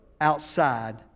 outside